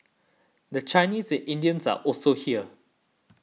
the Chinese and Indians are also here